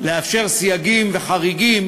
לאפשר סייגים וחריגים